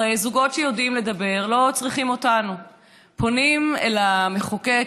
הרי זוגות שיודעים לדבר לא צריכים אותנו פונים אל המחוקק,